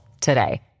today